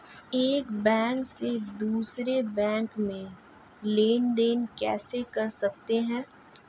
एक बैंक से दूसरे बैंक में लेनदेन कैसे कर सकते हैं?